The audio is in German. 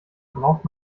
braucht